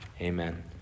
Amen